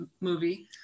movie